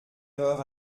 erreur